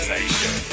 Nation